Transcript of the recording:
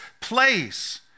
place